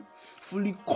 fully